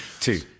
Two